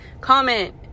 Comment